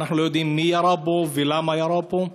אנחנו לא יודעים מי ירה בו ולמה ירו בו,